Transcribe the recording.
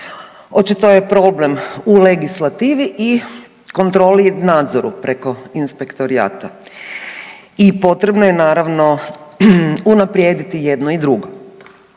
Očito je problem u legislativi i kontroli i nadzoru preko inspektorata i potrebno je naravno unaprijediti jedno i drugo.